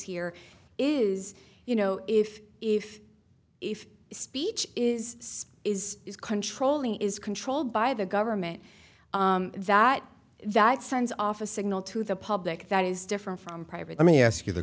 here is you know if if if speech is is controlling is controlled by the government that that sends off a signal to the public that is different from private to me ask you